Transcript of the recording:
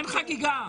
אין חגיגה.